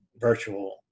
virtual